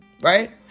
right